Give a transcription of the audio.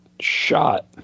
shot